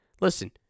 Listen